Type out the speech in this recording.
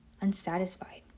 unsatisfied